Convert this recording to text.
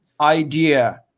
idea